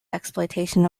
exploitation